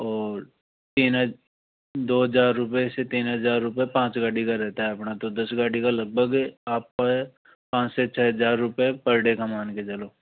दो हज़ार रुपये से तीन हज़ार रुपये पाँच गाड़ी का रहता है अपना तो दस गाड़ी का लगभग आपका पाँच से छ हज़ार रुपये पर डे का मान के चलो